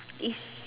if